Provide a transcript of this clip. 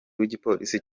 w’igipolisi